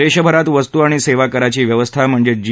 देशभरात वस्तु आणि सेवा कराची व्यवस्था म्हणजे जी